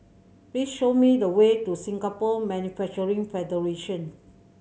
please show me the way to Singapore Manufacturing Federation